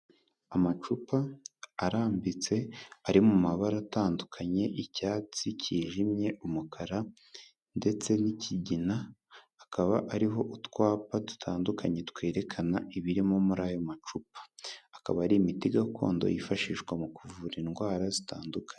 Amacupa arambitse ari mu mabara atandukanye icyatsi kijimye, umukara ndetse n'ikigina, akaba ariho utwapa dutandukanye twerekana ibirimo muri ayo macupa. Akaba ari imiti gakondo yifashishwa mu kuvura indwara zitandukanye.